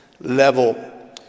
level